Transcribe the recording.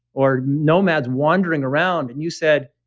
or nomads wandering around, and you said,